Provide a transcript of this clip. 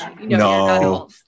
No